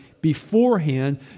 Beforehand